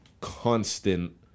constant